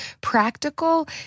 practical